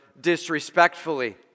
disrespectfully